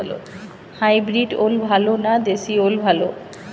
Hybrid ওল ভালো না দেশী ওল ভাল?